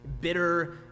bitter